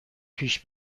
پیش